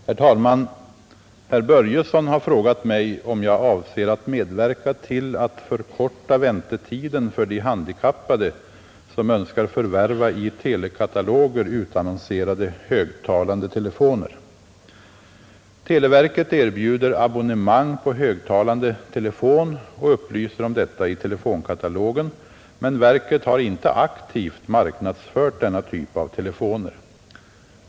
Herr talman! Herr Börjesson i Falköping har frågat mig om jag avser att medverka till att förkorta väntetiden för de handikappade som önskar förvärva i telekataloger utannonserade högtalande telefoner. Televerket erbjuder abonnemang på högtalande telefon och upplyser om detta i telefonkatalogen, men verket har inte aktivt marknadsfört denna typ av telefoner.